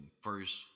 First